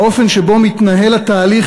האופן שבו התהליך מתנהל,